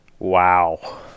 wow